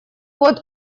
вот